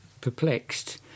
perplexed